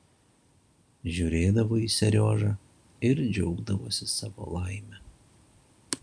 žiūrėdavo į seriožą ir džiaugdavosi savo laime